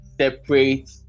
separate